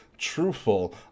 truthful